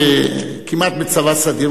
כמעט בצבא סדיר,